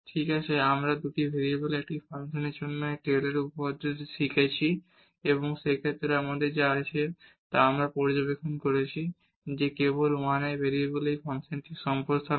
ঠিক আছে আমরা দুটি ভেরিয়েবলের একটি ফাংশনের জন্য এই টেইলরের উপপাদ্যটি শিখেছি এবং এই ক্ষেত্রে আমাদের যা আছে তা আমরা পর্যবেক্ষণ করেছি যে এটি কেবল 1 ভেরিয়েবলের এই ফাংশনগুলির সম্প্রসারণ